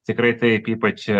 tikrai taip ypač